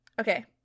Okay